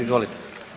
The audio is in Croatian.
Izvolite.